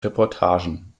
reportagen